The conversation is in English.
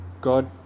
God